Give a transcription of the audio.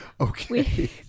Okay